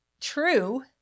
true